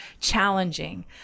challenging